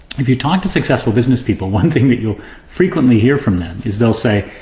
if you talk to successful business people, one thing that you' frequently hear from them is they'll say,